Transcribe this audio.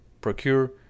procure